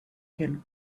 can